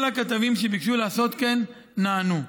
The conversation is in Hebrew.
כל הכתבים שביקשו לעשות כן נענו.